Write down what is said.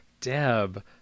Deb